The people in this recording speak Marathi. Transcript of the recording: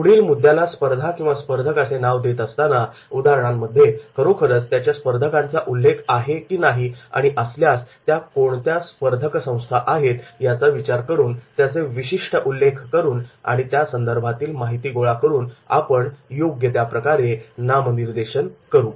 पुढील मुद्द्याला स्पर्धा किंवा स्पर्धक असे नाव देत असताना उदाहरणांमध्ये खरोखरच त्याच्या स्पर्धकांचा उल्लेख आहे कि नाही आणि असल्यास त्या कोणत्या स्पर्धक संस्था आहेत याचा विचार करून त्यांचे विशिष्ट उल्लेख करून आणि त्या संदर्भातील माहिती गोळा करून आपण ते नामनिर्देशन करू